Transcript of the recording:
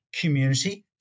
community